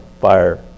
fire